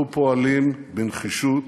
אנחנו פועלים בנחישות